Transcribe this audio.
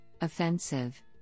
offensive